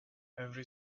every